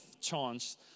chance